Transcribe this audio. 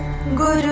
Guru